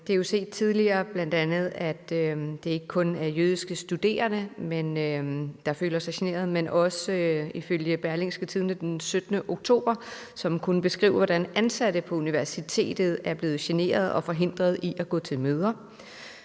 det er jo set tidligere, at det ikke kun er jødiske studerende, der føler sig generet. Ifølge en artikel i Berlingske den 17. oktober er også ansatte på universitetet blevet generet og forhindret i at gå til møder,